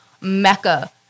mecca